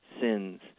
sins